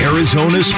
Arizona